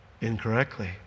incorrectly